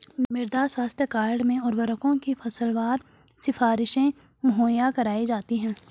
मृदा स्वास्थ्य कार्ड में उर्वरकों की फसलवार सिफारिशें मुहैया कराई जाती है